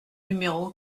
numéro